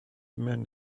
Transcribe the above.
men